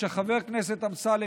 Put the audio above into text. ושחבר הכנסת אמסלם,